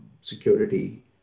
security